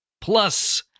Plus